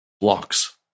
blocks